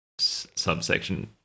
Subsection